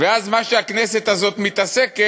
ואז, מה שהכנסת הזאת מתעסקת,